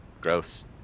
gross